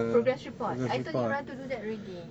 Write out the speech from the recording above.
progress report I told ira to do that already